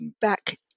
back